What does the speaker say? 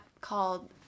called